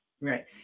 Right